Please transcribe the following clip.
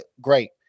Great